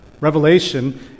Revelation